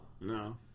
No